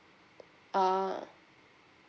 ah